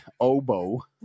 oboe